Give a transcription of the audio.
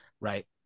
Right